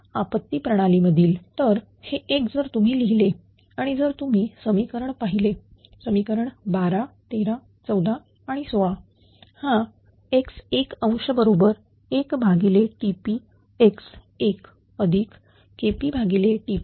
तर हे एक जर तुम्ही लिहिले आणि जर तुम्ही समीकरण पाहिले समीकरण 12 13 14 आणि 16 हा x1